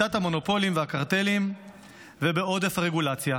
בשליטת המונופולים והקרטלים ובעודף הרגולציה.